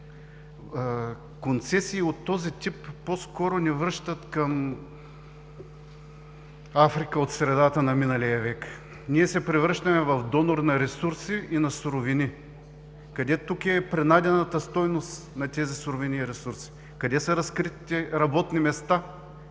Концесии от този тип по-скоро ни връщат към Африка от средата на миналия век. Ние се превръщаме в донор на ресурси и на суровини. Къде тук е принадената стойност на тези суровини и ресурси? Къде са разкритите работни места,